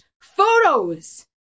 Photos